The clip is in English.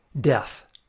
death